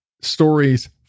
stories